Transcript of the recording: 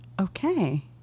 okay